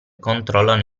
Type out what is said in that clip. controllano